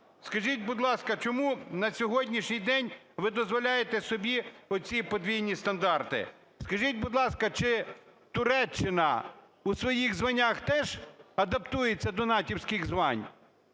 Скажіть, будь ласка, чому на сьогоднішній день ви дозволяєте собі оці подвійні стандарти? Скажіть, будь ласка, чи Туреччина у своїх званнях теж адаптується до натівських звань?